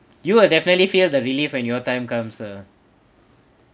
you will definitely feel the relief when your time comes ah